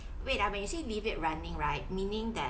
wait ah when you say leave it running right meaning that